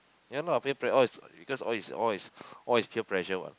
ya not all play play is because all is all is all is peer pressure what